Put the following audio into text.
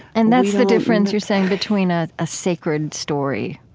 and that's the difference you're saying between ah a sacred story?